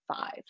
five